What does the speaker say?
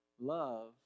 love